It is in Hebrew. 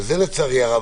וזה לצערי הרב,